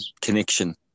connection